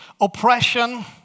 oppression